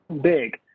big